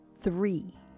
Three